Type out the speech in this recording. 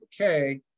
okay